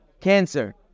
Cancer